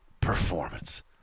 performance